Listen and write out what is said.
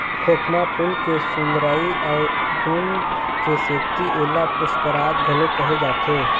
खोखमा फूल के सुंदरई अउ गुन के सेती एला पुस्पराज घलोक कहे जाथे